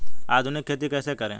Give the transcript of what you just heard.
आधुनिक खेती कैसे करें?